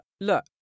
look